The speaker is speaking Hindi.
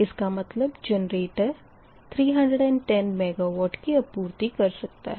इसका मतलब जनरेटर 310 MW की आपूर्ति कर सकता है